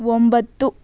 ಒಂಬತ್ತು